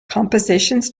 compositions